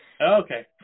okay